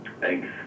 Thanks